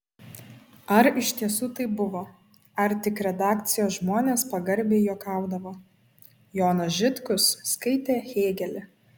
ar iš tiesų taip buvo ar tik redakcijos žmonės pagarbiai juokaudavo jonas žitkus skaitė hėgelį